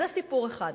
זה סיפור אחד.